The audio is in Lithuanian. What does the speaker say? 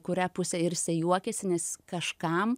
kurią pusę ir juokiasi nes kažkam